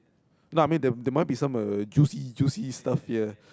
no I mean there there might be some uh juicy juicy stuff here